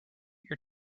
your